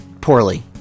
poorly